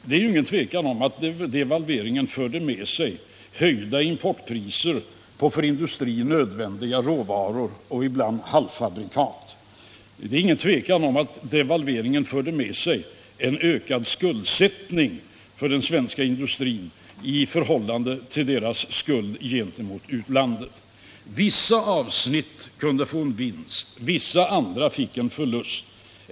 Det är ingen tvekan om att devalveringen förde med sig höjda importpriser på för industrin nödvändiga råvaror och halvfabrikat. Det är ingen tvekan om att devalveringen förde med sig en ökning av den svenska industrins skuldsättning gentemot utlandet. Vissa avsnitt av industrin kunde få en vinst, vissa andra fick en förlust.